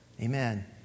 Amen